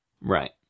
right